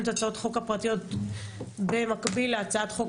את הצעות החוק הפרטיות במקביל להצעת החוק